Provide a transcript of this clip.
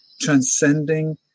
transcending